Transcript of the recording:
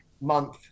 month